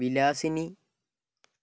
Vilasini